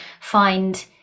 find